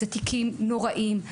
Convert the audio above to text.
אלה תיקים נוראיים,